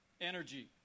energy